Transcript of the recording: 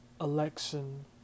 election